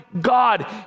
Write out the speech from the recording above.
God